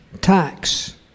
tax